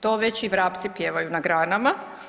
To već i vrapci pjevaju na granama.